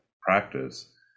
practice